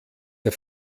der